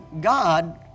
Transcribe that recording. God